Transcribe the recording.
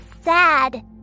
sad